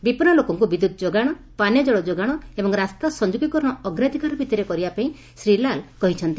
ବିପନ୍ନ ଳୋକଙ୍ ବିଦ୍ୟୁତ ଯୋଗାଣ ପାନୀୟ ଜଳ ଯୋଗାଣ ଏବଂ ରାସ୍ତା ସଂଯୋଗୀକରଣ ଅଗ୍ରାଧିକାର ଭିଉିରେ କରିବା ପାଇଁ ଶ୍ରୀ ଲାଲ୍ କହିଛନ୍ତି